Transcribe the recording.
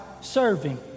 serving